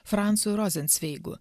francu rozencveigu